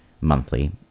monthly